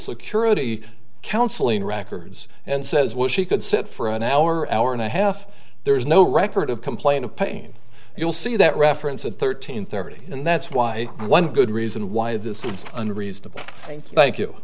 security counseling records and says well she could sit for an hour hour and a half there is no record of complaint of pain you'll see that reference at thirteen thirty and that's why one good reason why this is unreasonable th